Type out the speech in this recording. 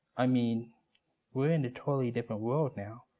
i mean we're in a totally different world now.